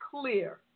clear